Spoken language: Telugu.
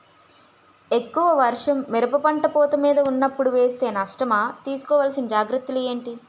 ఎక్కువ వర్షం మిరప పంట పూత మీద వున్నపుడు వేస్తే నష్టమా? తీస్కో వలసిన జాగ్రత్తలు ఏంటి?